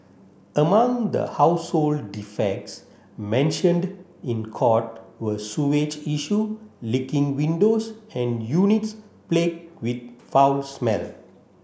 among the household defects mentioned in court were sewage issue leaking windows and units plagued with foul smell